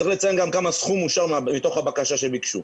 צריך לציין גם מה הסכום שאושר מתוך הבקשה שהם ביקשו.